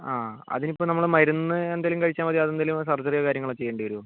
ആ അതിനിപ്പോൾ നമ്മൾ മരുന്ന് എന്തേലും കഴിച്ചാൽ മതിയോ അതോ എന്തേലും സർജറിയോ കാര്യങ്ങളോ ചെയ്യേണ്ടി വരുമോ